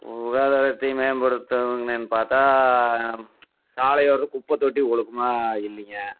சுகாதாரத்தை மேம்படுத்தணும் பார்த்தா சாலையோரம் குப்பைத்தொட்டி ஒழுக்கமா இல்லைங்க